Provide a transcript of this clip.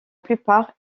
plupart